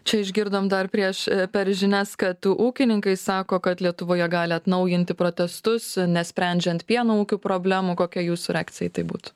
čia išgirdom dar prieš per žinias kad ūkininkai sako kad lietuvoje gali atnaujinti protestus nesprendžiant pieno ūkių problemų kokia jūsų reakcija į tai būtų